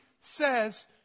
says